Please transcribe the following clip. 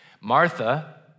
Martha